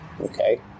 okay